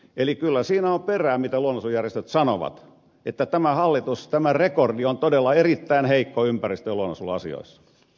eli kyllä siinä on perää mitä luonnonsuojelujärjestöt sanovat että tämän hallituksen rekordi on todella erittäin heikko ympäristö ja luonnonsuojeluasioissa